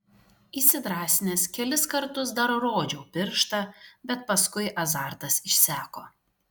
įsidrąsinęs kelis kartus dar rodžiau pirštą bet paskui azartas išseko